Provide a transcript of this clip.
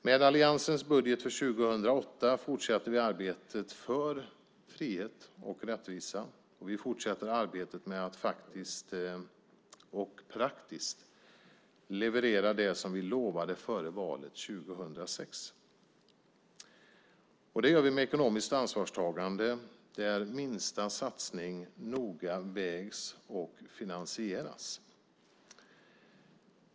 Med alliansens budget för 2008 fortsätter vi arbetet för frihet och rättvisa och arbetet med att faktiskt och praktiskt leverera det som vi lovade före valet år 2006. Det gör vi med ett ekonomiskt ansvarstagande där minsta satsning noga vägs och finansieras.